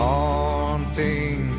Haunting